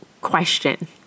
question